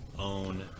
own